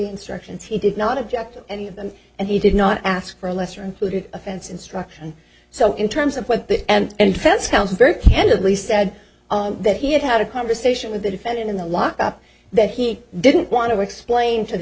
instructions he did not object to any of them and he did not ask for a lesser included offense instruction so in terms of what the end defense counsel very candidly said that he had had a conversation with the defendant in the lock up that he didn't want to explain to the